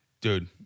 Dude